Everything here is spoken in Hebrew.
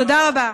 תודה רבה.